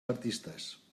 artistes